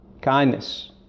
kindness